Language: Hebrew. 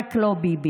"רק לא ביבי".